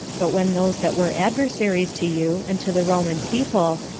but when those that were adversaries to you, and to the roman people,